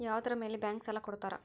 ಯಾವುದರ ಮೇಲೆ ಬ್ಯಾಂಕ್ ಸಾಲ ಕೊಡ್ತಾರ?